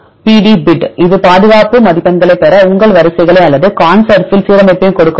Pdbid இது பாதுகாப்பு மதிப்பெண்களைப் பெற உங்கள் வரிசை களை அல்லது ConSurf இல் சீரமைப்பையும் கொடுக்க முடியும்